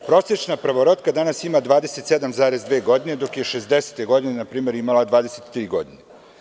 Prosečna prvorotka danas ima 27,2 godine, dok je 60-ih godina imala 23 godine.